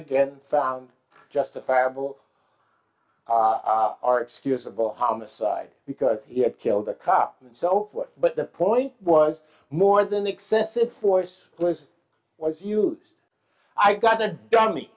again found justifiable are excusable homicide because he had killed a cop and so forth but the point was more than excessive force because once you lose i got the dummy